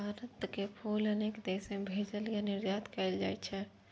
भारतक फूल अनेक देश मे भेजल या निर्यात कैल जाइ छै